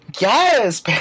Yes